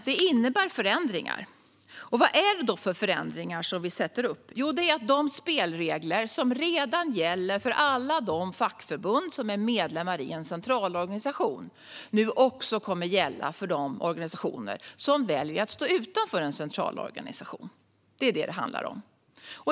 Det innebär dock förändringar. Vad är det då för förändringar som vi föreslår? Jo, det är att de spelregler som redan gäller för alla fackförbund som är medlemmar i en centralorganisation nu också kommer att gälla för de organisationer som väljer att stå utanför en centralorganisation. Det är vad det handlar om.